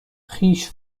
خویش